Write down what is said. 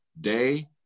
day